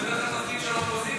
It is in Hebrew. זה בדרך כלל התפקיד של האופוזיציה.